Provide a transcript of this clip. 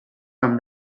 from